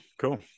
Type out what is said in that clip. cool